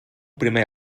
primer